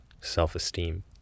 self-esteem